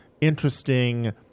interesting